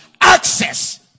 access